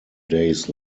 days